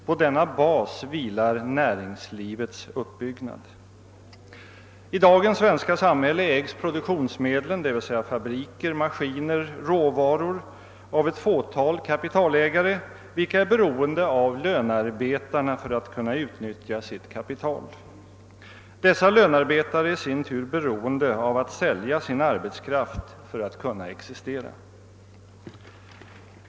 På denna bas vilar näringslivets uppbyggnad.> I dagens svenska samhälle ägs produktionsmedlen, dvs. fabriker, maskiner och råvaror, av ett fåtal kapitalägare, vilka är beroende av lönearbetarna för att kunna utnyttja sitt kapital. Dessa lönearbetare är i sin tur beroende av att sälja sin arbetskraft för att kunna existera.